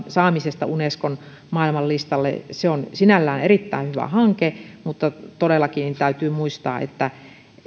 saamisesta unescon maailmanlistalle se on sinällään erittäin hyvä hanke mutta todellakin täytyy muistaa että